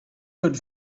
could